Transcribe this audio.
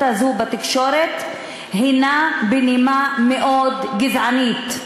הזאת בתקשורת היא בנימה מאוד גזענית.